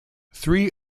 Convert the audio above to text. three